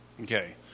Okay